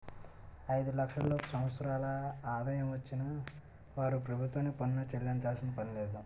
ఐదు లక్షల లోపు సంవత్సరాల ఆదాయం వచ్చిన వారు ప్రభుత్వానికి పన్ను చెల్లించాల్సిన పనిలేదు